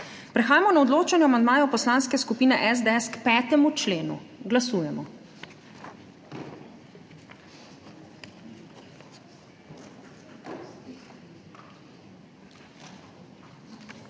Prehajamo na odločanje o amandmaju Poslanske skupine SDS k 5. členu. Glasujemo.